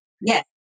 Yes